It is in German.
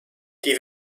die